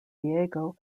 diego